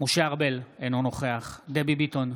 משה ארבל, אינו נוכח דבי ביטון,